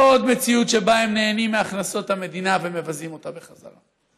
לא עוד מציאות שבה הם נהנים מהכנסות המדינה ומבזים אותה בחזרה.